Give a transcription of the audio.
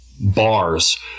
bars